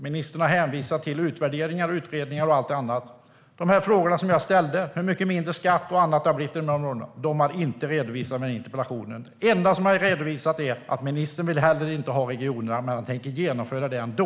Ministern har hänvisat till utvärderingar, utredningar och allt annat. Svar på de frågor som jag ställde - hur mycket mindre skatt och annat det har blivit i de här områdena - har inte redovisats i den här interpellationsdebatten. Det enda som har redovisats är att ministern inte heller vill ha regionerna men att han tänker genomföra det ändå.